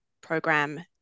program